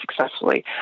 successfully